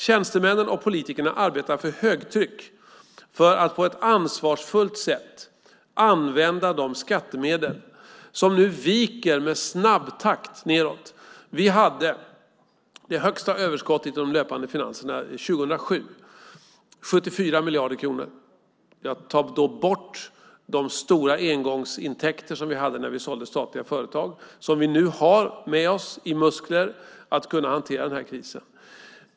Tjänstemännen och politikerna arbetar för högtryck för att på ett ansvarsfullt sätt använda de skattemedel som nu i snabb takt viker nedåt. Vi hade det högsta överskottet i de löpande finanserna 2007, 74 miljarder kronor. Jag tar då bort de stora engångsintäkter som vi hade när vi sålde statliga företag, som vi nu har med oss i muskler för att kunna hantera den här krisen.